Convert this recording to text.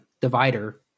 divider